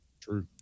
True